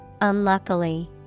unluckily